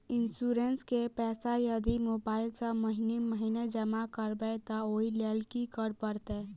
Insurance केँ पैसा यदि मोबाइल सँ महीने महीने जमा करबैई तऽ ओई लैल की करऽ परतै?